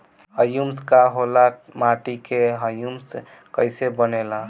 Humus का होला माटी मे ह्यूमस कइसे बनेला?